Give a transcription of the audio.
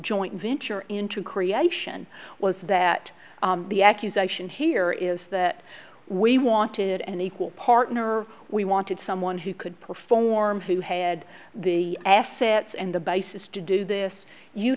joint venture into creation was that the accusation here is that we wanted an equal partner we wanted someone who could perform who had the assets and the basis to do this you